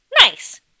Nice